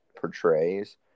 portrays